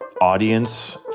audience